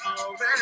already